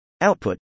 output